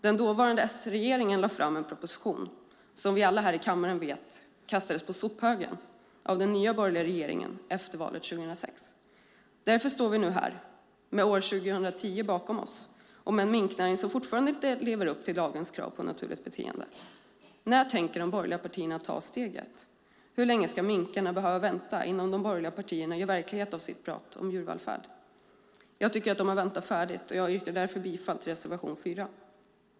Den dåvarande S-regeringen lade fram en proposition som vi alla vet kastades på sophögen av den nya borgerliga regeringen efter valet 2006. Därför står vi nu här, med år 2010 bakom oss och med en minknäring som fortfarande inte lever upp till lagens krav på naturligt beteende. När tänker de borgerliga partierna ta steget? Hur länge ska minkarna behöva vänta innan de borgerliga partierna gör verklighet av sitt tal om djurvälfärd? Jag tycker att de har väntat färdigt och yrkar därför bifall till reservation 4.